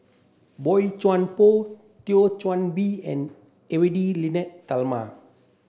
Boey Chuan Poh Thio Chan Bee and Edwy Lyonet Talma